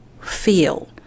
feel